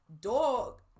dog